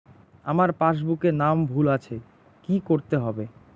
আমার পাসবুকে নাম ভুল আছে কি করতে হবে?